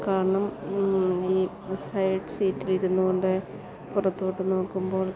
കാരണം ഈ സൈഡ് സീറ്റിൽ ഇരുന്നു കൊണ്ട് പുറത്തോട്ട് നോക്കുമ്പോൾ